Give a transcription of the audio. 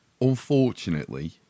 Unfortunately